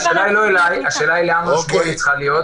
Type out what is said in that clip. המציאות ממשיכה והנה אנחנו מסדירים כבר חופשות של אנשים.